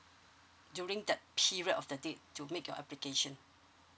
during that period of the day to make your application